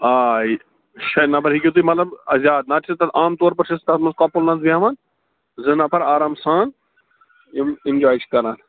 آ شےٚ نَفر ہیٚکِو تُہۍ مطلب زیادٕ نَتہٕ چھِ تَتھ عام طور پَر چھِس تَتھ منٛز کپُل حظ بیٚہوان زٕ نَفر آرام سان یِم اینٛجاے چھِ کَران